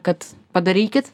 kad padarykit